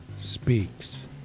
speaks